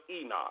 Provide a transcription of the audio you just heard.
Enoch